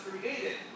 created